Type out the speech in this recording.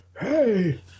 Hey